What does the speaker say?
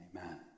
Amen